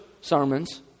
sermons